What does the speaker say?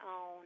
own